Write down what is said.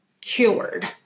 cured